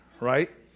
right